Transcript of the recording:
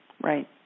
Right